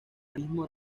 organismo